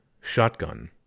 shotgun